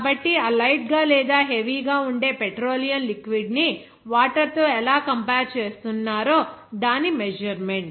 కాబట్టి ఆ లైట్ గా లేదా హెవీ గా ఉండే పెట్రోలియం లిక్విడ్ ని వాటర్ తో ఎలా కంపేర్ చేస్తున్నారో దాని మెజర్మెంట్